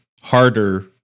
harder